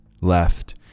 left